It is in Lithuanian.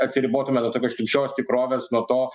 atsiribotume nuo tokios šlykščios tikrovės nuo to